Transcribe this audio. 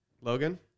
Logan